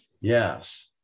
Yes